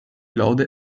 lode